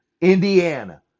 Indiana